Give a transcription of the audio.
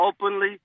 openly